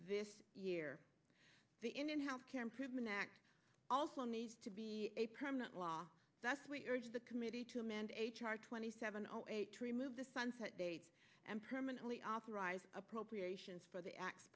this year the indian health care improvement act also needs to be a permanent law that's we urged the committee to amend h r twenty seven zero eight to remove the sunset date and permanently authorize appropriations for the